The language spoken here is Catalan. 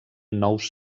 nous